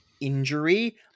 Injury